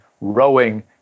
rowing